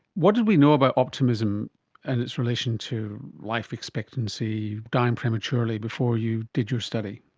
what did we know about optimism and its relation to life expectancy, dying prematurely, before you did your study?